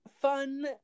fun